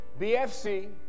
bfc